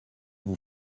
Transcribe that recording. vous